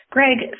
Greg